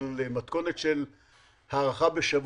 מתכונת של הארכה בשבוע,